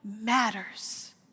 matters